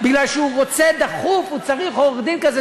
שהוא רוצה דחוף, הוא צריך עורך-דין כזה.